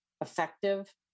effective